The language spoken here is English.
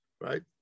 right